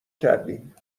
کردیم